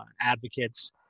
advocates